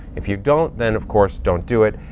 if you don't, then of course don't do it.